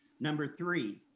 number three,